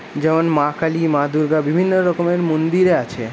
যেমন মা কালী মা দূর্গা বিভিন্ন রকমের মন্দির আছে